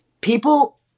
people